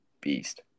beast